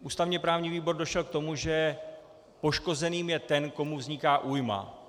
Ústavněprávní výbor došel k tomu, že poškozený je ten, komu vzniká újma.